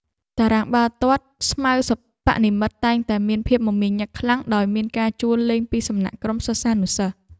តារាងបាល់ទាត់ស្មៅសិប្បនិម្មិតតែងតែមានភាពមមាញឹកខ្លាំងដោយមានការជួលលេងពីសំណាក់ក្រុមសិស្សានុសិស្ស។